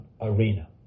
arena